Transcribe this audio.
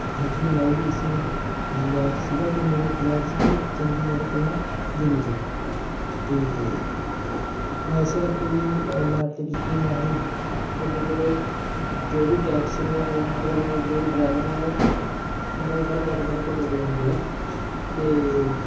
actually ਮੈਂ ਵੀ ਇਸੇ ਲਾਈਨ 'ਚ ਸੀਗਾ ਅਤੇ ਮੇਰੀ ਫਲੈਟ ਸੀਗੀ ਚੰਡੀਗੜ੍ਹ ਤੋਂ ਦਿੱਲੀ ਲਈ ਅਤੇ ਮੈਂ ਇਸੇ ਕਰਕੇ ਵੀ ਲੈਬ 'ਤੇ ਕੀਤੀ ਮੈਂ ਵੀ ਤੁਹਾਡੇ ਕੋਲ ਜੋ ਵੀ ਕੈਪਸ ਨੇ ਉਹ ਮਤਲਬ ਜੋ ਡਰਾਈਵਰ ਨੇ ਉਹ ਉਹਨਾਂ ਦੇ ਸਾਰੇ ਡੋਕੂਮੈਂਟ ਤੁਹਾਡੇ ਕੋਲ ਹੁੰਦੇ ਆ ਅਤੇ